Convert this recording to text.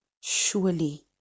surely